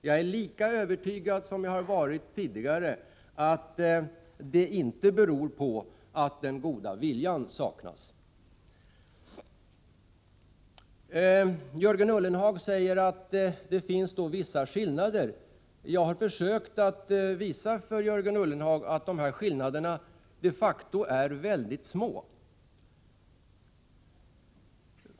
Jag är lika övertygad som jag har varit tidigare om att det inte beror på att den goda viljan saknas. Jörgen Ullenhag säger att det finns vissa skillnader mellan centerpartiets och folkpartiets förslag. Jag har försökt att visa Jörgen Ullenhag att dessa skillnader de facto är mycket små.